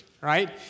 Right